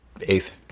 Eighth